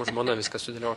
žmona viską sudėlio